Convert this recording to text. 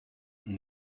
and